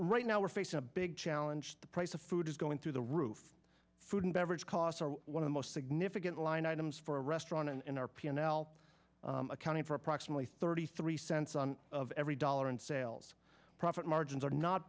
right now we're facing a big challenge the price of food is going through the roof food and beverage costs are one of the most significant line items for a restaurant and in our p and l accounting for approximately thirty three cents on every dollar and say ells profit margins are not